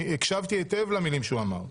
אני הקשבתי היטב למילים שהוא אמור.